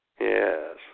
Yes